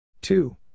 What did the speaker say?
two